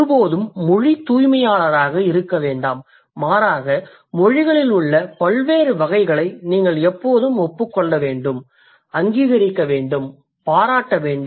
ஒருபோதும் மொழித் தூய்மையாளராக இருக்க வேண்டாம் மாறாக மொழிகளில் உள்ள பல்வேறு வகைகளை நீங்கள் எப்போதும் ஒப்புக் கொள்ள வேண்டும் அங்கீகரிக்க வேண்டும் பாராட்ட வேண்டும்